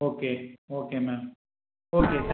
okay okay ma'am okay